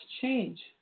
change